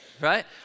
Right